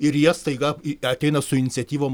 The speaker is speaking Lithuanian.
ir jie staiga ateina su iniciatyvom